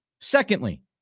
Secondly